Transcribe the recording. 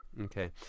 Okay